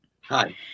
Hi